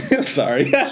Sorry